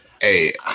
Hey